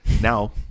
now